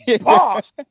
Boss